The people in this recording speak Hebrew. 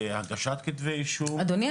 הגשת כתבי אישום --- אדוני,